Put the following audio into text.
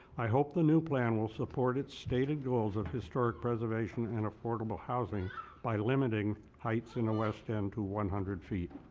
i hope the new plan will support its stated goals of historic preservation in and affordable housing by limiting heights in the west end to one hundred feet.